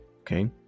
okay